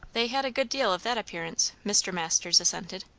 they had a good deal of that appearance, mr. masters assented.